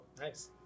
nice